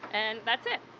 and that's it.